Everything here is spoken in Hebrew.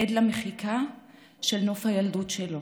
עד למחיקה של נוף הילדות שלו